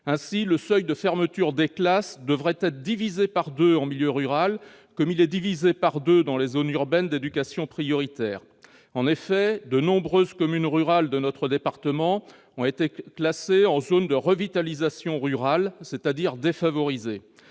Ainsi, le seuil de fermeture des classes devrait être divisé par deux en milieu rural, comme il est divisé par deux dans les zones urbaines d'éducation prioritaire. De nombreuses communes rurales de la Sarthe ont été classées en zone de revitalisation rurale, ou ZRR, ce qui revient